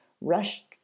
rushed